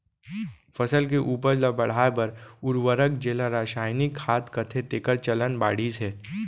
फसल के उपज ल बढ़ाए बर उरवरक जेला रसायनिक खाद कथें तेकर चलन बाढ़िस हे